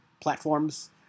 platforms